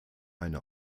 eine